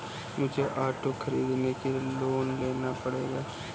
मुझे ऑटो खरीदने के लिए लोन लेना पड़ेगा